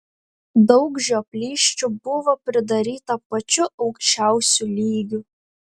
daug žioplysčių buvo pridaryta pačiu aukščiausiu lygiu